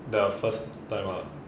the first time ah